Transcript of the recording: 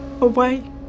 away